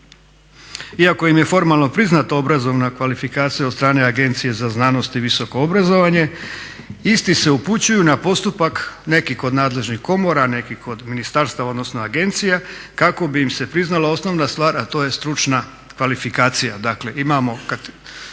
Iako im je formalno priznata obrazovana kvalifikacija od strane Agencije za znanost i visoko obrazovanje, isti se upućuju na postupak neki kod nadležnih komora, neki kod ministarstava odnosno agencija kako bi im se priznala osnovna stvar, a to je stručna kvalifikacija.